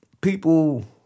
people